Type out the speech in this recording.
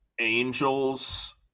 Angels